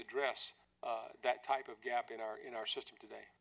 address that type of gap in our in our system today